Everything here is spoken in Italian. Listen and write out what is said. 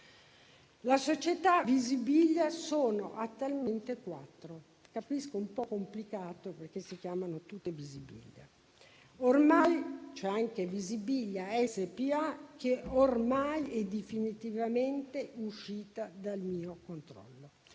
Le società Visibilia sono attualmente quattro: capisco che è un po' complicato, perché si chiamano tutte Visibilia. C'è anche Visibilia SpA, che ormai è definitivamente uscita dal mio controllo.